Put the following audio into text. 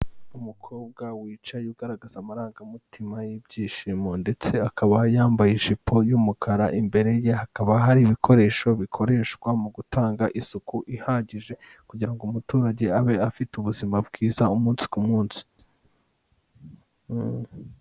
Umukobwa wicaye ugaragaza amarangamutima y'ibyishimo ndetse akaba yambaye ijipo y'umukara, imbere ye hakaba hari ibikoresho bikoreshwa mu gutanga isuku ihagije kugira ngo umuturage abe afite ubuzima bwiza umunsi ku munsi.